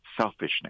selfishness